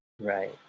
right